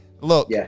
Look